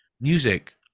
music